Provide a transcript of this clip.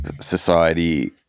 society